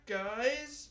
guys